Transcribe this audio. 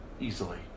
easily